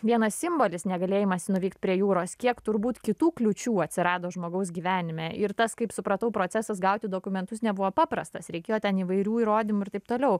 vienas simbolis negalėjimas nuvykt prie jūros kiek turbūt kitų kliūčių atsirado žmogaus gyvenime ir tas kaip supratau procesas gauti dokumentus nebuvo paprastas reikėjo ten įvairių įrodymų ir taip toliau